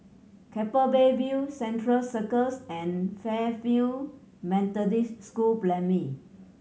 Keppel Bay View Central Circus and Fairfield Methodist School Primary